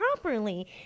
properly